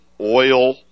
oil